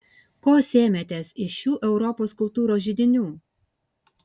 ko sėmėtės iš šių europos kultūros židinių